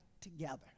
together